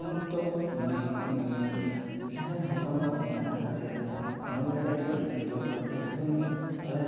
ᱩᱱ ᱚᱠᱛᱚ ᱱᱟᱹᱭ ᱡᱟᱦᱟᱸᱭ ᱫᱚ ᱦᱚᱯᱚᱱᱵᱟ ᱦᱚᱲ ᱢᱮᱱᱟᱜ ᱠᱟᱫᱮᱭᱟ ᱱᱩᱭ ᱟᱛᱮᱜ ᱜᱮ ᱱᱤᱛᱚᱜ ᱫᱮᱥ ᱫᱩᱱᱤᱭᱟ